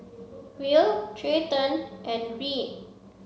Will Treyton and Reed